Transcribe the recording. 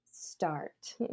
start